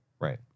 Right